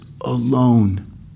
alone